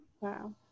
Wow